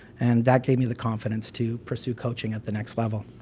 and that gave me the confidence to pursue coaching at the next level.